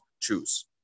choose